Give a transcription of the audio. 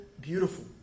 beautiful